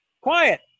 Quiet